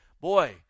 Boy